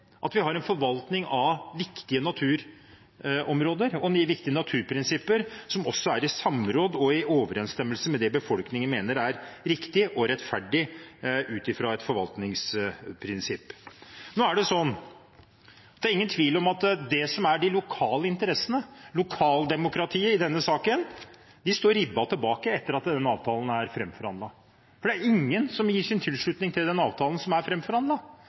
at vi har en forvaltning av viktige naturområder og viktige naturprinsipper som også er i samråd med og i overensstemmelse med det som befolkningen mener er riktig og rettferdig ut fra et forvaltningsprinsipp. Nå er det ingen tvil om at det som er de lokale interessene, lokaldemokratiet i denne saken, står ribbet tilbake etter at avtalen er framforhandlet, for det er ingen som gir sin tilslutning til avtalen som er